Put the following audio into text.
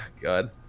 god